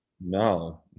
No